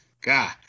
God